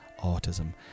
autism